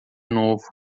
novo